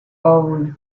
own